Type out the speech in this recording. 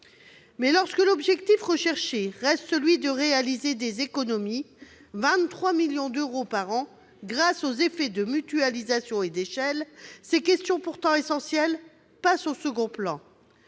Mais lorsque l'objectif visé reste de réaliser des économies- 23 millions d'euros par an grâce aux effets de mutualisation et d'échelle -, ces questions pourtant essentielles passent au second plan